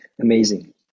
amazing